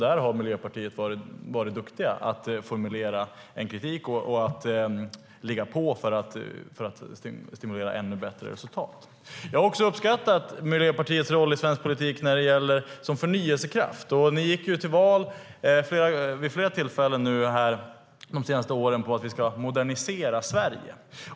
Där har Miljöpartiet varit duktiga med att formulera en kritik och att ligga på för att stimulera ännu bättre resultat. Jag har också uppskattat Miljöpartiets roll som förnyelsekraft i svensk politik. Ni har vid flera tillfällen under de senaste åren gått till val med att vi ska modernisera Sverige.